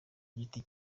giti